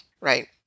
right